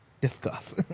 Discuss